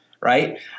Right